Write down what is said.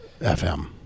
FM